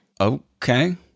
Okay